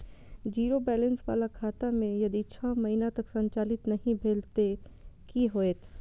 Zero balance बाला खाता में यदि छः महीना तक संचालित नहीं भेल ते कि होयत?